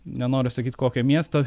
nenoriu sakyt kokio miesto